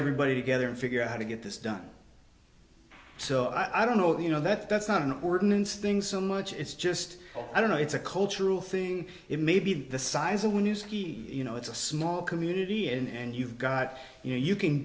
everybody together and figure out how to get this done so i don't know that you know that that's not an ordinance thing so much it's just i don't know it's a cultural thing in maybe the size of when you ski you know it's a small community and you've got you know you can